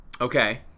Okay